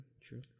true